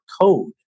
code